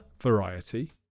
variety